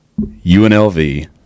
UNLV